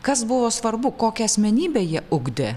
kas buvo svarbu kokią asmenybę jie ugdė